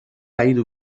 عيد